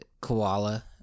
koala